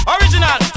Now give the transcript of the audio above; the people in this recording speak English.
Original